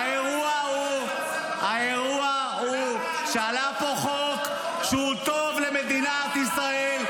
האירוע הוא שעלה פה חוק שהוא טוב למדינת ישראל,